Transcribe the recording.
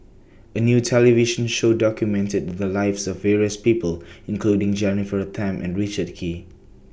A New television Show documented The Lives of various People including Jennifer Tham and Richard Kee